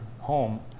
home